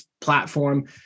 platform